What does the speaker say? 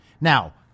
Now